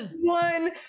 one